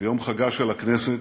ביום חגה של הכנסת: